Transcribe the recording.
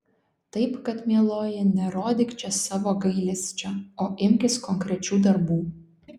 taip kad mieloji nerodyk čia savo gailesčio o imkis konkrečių darbų